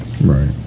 right